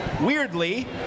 weirdly